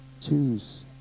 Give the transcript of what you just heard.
Choose